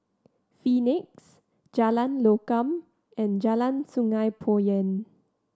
Phoenix Jalan Lokam and Jalan Sungei Poyan